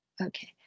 Okay